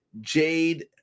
Jade